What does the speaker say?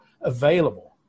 available